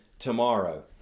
tomorrow